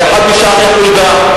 על אחד משערי חולדה.